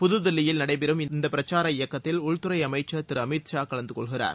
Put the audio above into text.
புதுதில்லியில் நடைபெறும் இந்த பிரச்சார இயக்கத்தில் உள்துறை அமைச்சர் அமித் ஷா கலந்து கொள்கிறார்